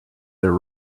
their